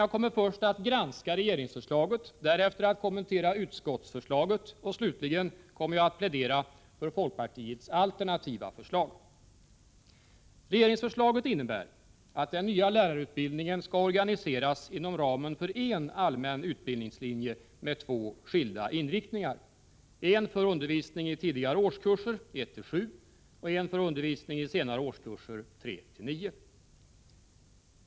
Jag kommer först att granska regeringsförslaget, därefter att kommentera utskottsförslaget, och slutligen kommer jag att plädera för folkpartiets alternativa förslag. Regeringsförslaget innebär att den nya lärarutbildningen skall organiseras inom ramen för en allmän utbildningslinje med två skilda inriktningar, en för undervisning i tidigare årskurser, nämligen årskurserna 1-7, och en för undervisning i senare årskurser, dvs. årskurserna 3-9.